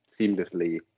seamlessly